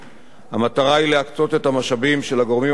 המטרה היא להקצות את המשאבים של הגורמים המוסמכים